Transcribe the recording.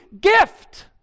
gift